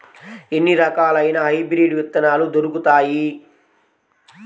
ఎన్ని రకాలయిన హైబ్రిడ్ విత్తనాలు దొరుకుతాయి?